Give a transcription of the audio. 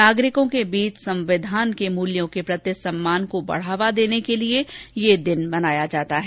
नागरिकों के बीच संविधान के मूल्यों के प्रति सम्मान को बढ़ावा देने के लिए यह दिन मनाया जाता है